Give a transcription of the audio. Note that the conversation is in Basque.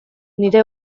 nire